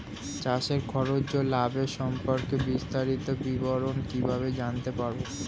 চাষে খরচ ও লাভের সম্পর্কে বিস্তারিত বিবরণ কিভাবে জানতে পারব?